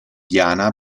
diana